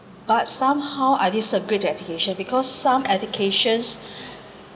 but somehow I disagree to education because some educations